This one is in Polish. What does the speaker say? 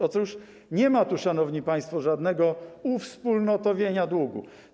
Otóż nie ma tu, szanowni państwo, żadnego uwspólnotowienia długów.